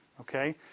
Okay